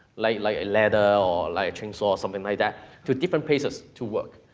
like like a ladder or like trim saw, something like that, to different places, to work.